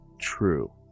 true